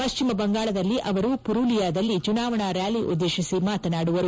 ಪಶ್ಚಿಮ ಬಂಗಾಳದಲ್ಲಿ ಅವರು ಪುರುಲಿಯಾದಲ್ಲಿ ಚುನಾವಣಾ ರ್ನಾಲಿ ಉದ್ದೇಶಿಸಿ ಮಾತನಾಡುವರು